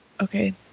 okay